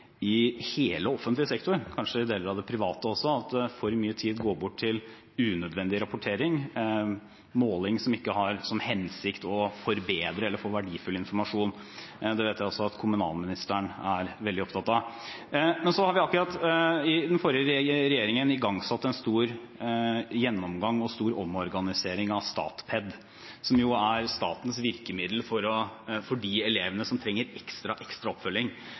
hele offentlig sektor – kanskje i deler av det private også – at for mye tid går bort til unødvendig rapportering, måling som ikke har som hensikt å forbedre noe eller få frem verdifull informasjon. Det vet jeg at også kommunalministeren er veldig opptatt av. Det er akkurat, under den forrige regjeringen, igangsatt en stor gjennomgang og stor omorganisering av Statped, som jo er statens virkemiddel for de elevene som trenger ekstra ekstra oppfølging.